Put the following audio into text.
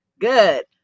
Good